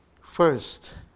First